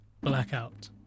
Blackout